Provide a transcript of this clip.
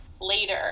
later